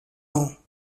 ans